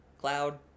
cloud